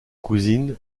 cousine